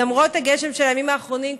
למרות הגשם של הימים האחרונים,